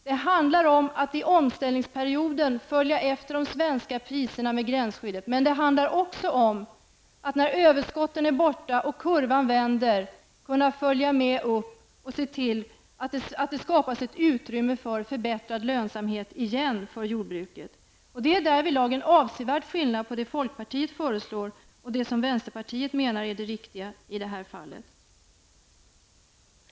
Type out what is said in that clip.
Det handlar om att i omställningsperioden följa efter de svenska priserna med gränsskyddet, men det handlar också om att när överskotten är borta och kurvan vänder kunna följa med upp och se till att det på nytt skapas ett utrymme för förbättrad lönsamhet inom jordbruket. Det är därvidlag en avsevärd skillnad på det folkpartiet föreslår och det som vänsterpartiet menar är det riktiga i det här fallet.